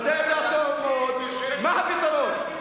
ואתה יודע טוב מאוד מה הפתרון.